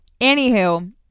Anywho